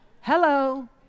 Hello